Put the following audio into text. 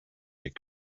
wir